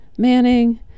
manning